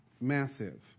massive